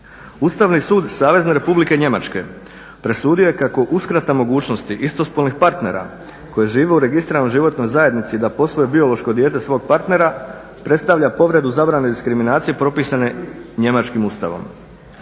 Ustavni sud Savezne Republike Njemačke presudio je kako uskrata mogućnosti istospolnih partnera koji žive u registriranoj životnoj zajednici da posvoje biološko dijete svog partnera predstavlja povredu zabrane diskriminacije propisane njemačkim Ustavom.